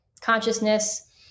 consciousness